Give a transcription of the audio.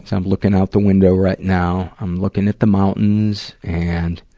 i'm looking out the window right now, i'm looking at the mountains. and,